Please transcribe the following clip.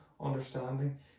understanding